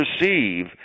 receive